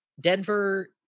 Denver